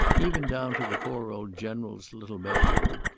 even down to the poor old general's little bed-room.